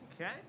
Okay